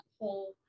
whole